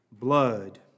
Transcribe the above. blood